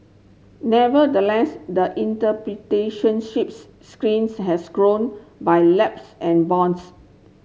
nevertheless the has grown by lapse and bounds